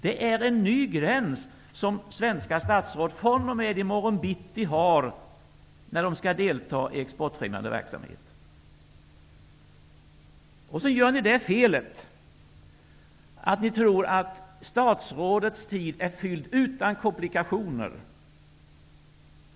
Det är en ny gräns som svenska statsråd fr.o.m. i morgon bitti har att rätta sig efter när de skall delta i exportfrämjande verksamhet. Ni gör felet att ni tror att statsrådens tid är fylld utan komplikationer.